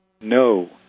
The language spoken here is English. No